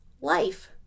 life